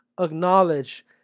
acknowledge